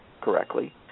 correctly